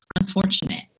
unfortunate